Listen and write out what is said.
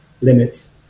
limits